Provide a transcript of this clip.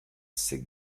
ses